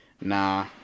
nah